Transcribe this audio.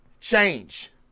Change